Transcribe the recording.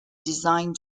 designed